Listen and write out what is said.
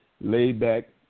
laid-back